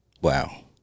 Wow